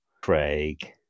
Craig